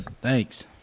Thanks